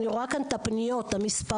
אני רואה כאן את הפניות, את המספרים.